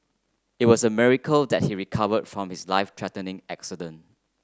it was a miracle that he recovered from his life threatening accident